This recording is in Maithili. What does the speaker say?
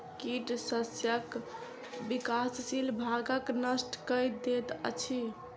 कीट शस्यक विकासशील भागक नष्ट कय दैत अछि